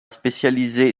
spécialisé